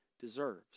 deserves